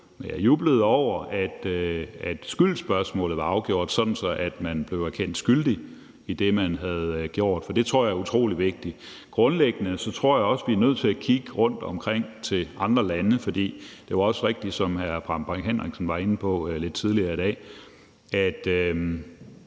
jeg jublede over, at skyldsspørgsmålet var afgjort, sådan at man blev kendt skyldig i det, man havde gjort, for det tror jeg er utrolig vigtigt. Grundlæggende tror jeg også, at vi er nødt til at kigge til andre lande rundtomkring, for det var også rigtigt, som hr. Preben Bang Henriksen var inde på lidt tidligere i dag, at